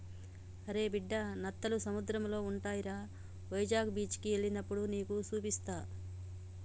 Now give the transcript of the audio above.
అరే బిడ్డా నత్తలు సముద్రంలో ఉంటాయిరా వైజాగ్ బీచికి ఎల్లినప్పుడు నీకు సూపిస్తా